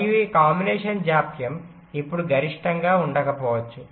మరియు ఈ కాంబినేషన్ జాప్యం ఇప్పుడు గరిష్టంగా ఉండకపోవచ్చు